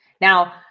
Now